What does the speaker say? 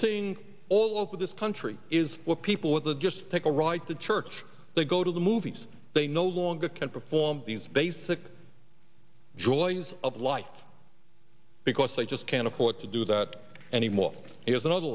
seeing all over this country is what people with just take a ride to church they go to the movies they no longer can perform these basic joys of life because they just can't afford to do that anymore here's another